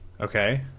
Okay